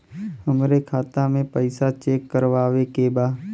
हमरे खाता मे पैसा चेक करवावे के बा?